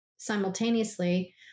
simultaneously